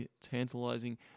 tantalizing